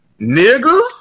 Nigga